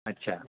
अच्छा